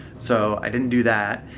so i didn't do that.